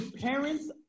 Parents